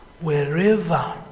Wherever